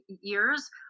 years